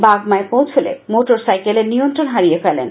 বাগমায় পৌছুলে মোটর সাইকেলের নিয়ন্ত্রণ হারিয়ে ফেলেন